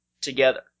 together